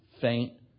faint